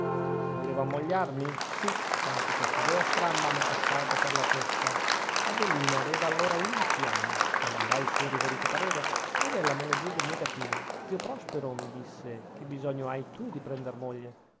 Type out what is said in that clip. volevo ammogliarmi sì anche questa idea stramba m'è passata per la testa adelina aveva allora undici anni domandai il suo riverito parere ed ella me lo diede negativo zio prospero mi disse che bisogno hai tu di prender moglie